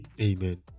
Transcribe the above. Amen